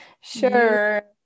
sure